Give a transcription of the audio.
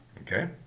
Okay